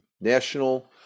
National